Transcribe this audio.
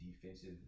defensive